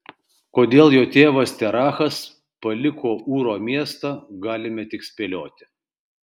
kodėl jo tėvas terachas paliko ūro miestą galime tik spėlioti